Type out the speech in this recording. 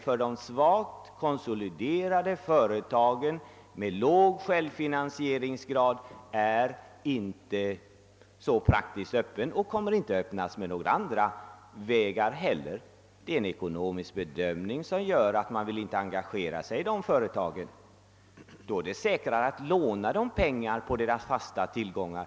För de svagt konsoliderade företagen med låg självfinansieringsförmåga är alltså möjligheten till nyemission i praktiken inte så öppen och det kommer inte att öppnas andra vägar för dem heller. Det är en ekonomisk bedömning som gör att man inte vill engagera sig i de företagen. Då är det säkrare att låna dem pengar på deras fasta tillgångar.